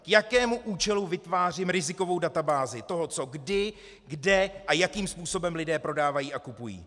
K jakému účelu vytvářím rizikovou databázi toho, co kdy a kde a jakým způsobem lidé prodávají a kupují.